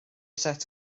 set